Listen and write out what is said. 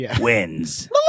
wins